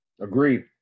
Agreed